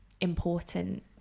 important